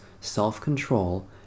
self-control